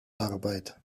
arbeit